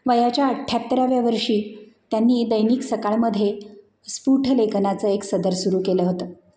वयाच्या अठ्ठ्याहत्तराव्या वर्षी त्यांनी दैनिक सकाळमध्ये स्फुट लेखनाचं एक सदर सुरू केलं होतं